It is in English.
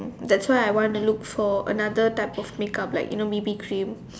that's why I want to look for another type of make up maybe B_B cream